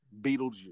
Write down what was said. Beetlejuice